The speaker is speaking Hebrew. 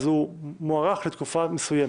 אז הוא מוארך לתקופה מסוימת.